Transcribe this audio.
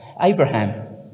Abraham